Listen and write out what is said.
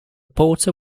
porter